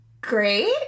great